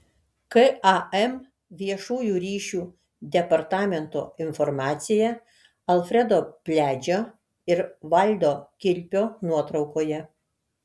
kam viešųjų ryšių departamento informacija alfredo pliadžio ir valdo kilpio nuotraukoje